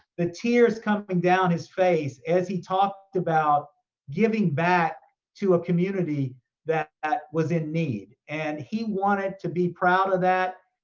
the tears coming down his face as he talked about giving back to a community that was in need. and he wanted to be proud of that.